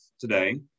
today